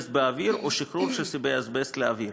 אזבסט באוויר או שחרור של סיבי אזבסט לאוויר.